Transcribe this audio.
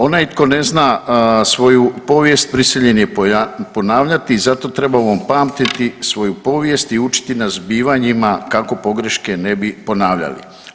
Onaj tko ne zna svoju povijest prisiljen je ponavljati i zato trebamo pamtiti svoju povijest i učiti na zbivanjima kako pogreške ne bi ponavljali.